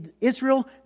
Israel